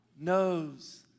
knows